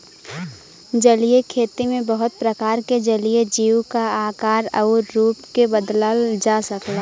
जलीय खेती में बहुत प्रकार के जलीय जीव क आकार आउर रूप के बदलल जा सकला